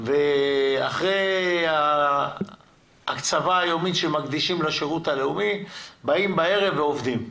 ואחרי ההקצבה היומית שמקדישים לשירות הלאומי באים בערב ועובדים,